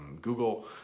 Google